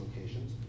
locations